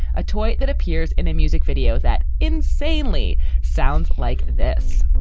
a toy that appears in a music video that insanely sounds like this